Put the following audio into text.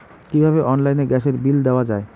কিভাবে অনলাইনে গ্যাসের বিল দেওয়া যায়?